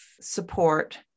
support